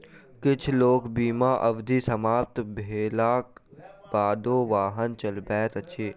किछ लोक बीमा अवधि समाप्त भेलाक बादो वाहन चलबैत अछि